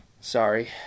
sorry